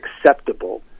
acceptable